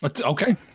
Okay